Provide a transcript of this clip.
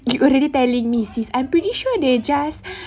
you already telling me sis I'm pretty sure they just